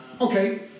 Okay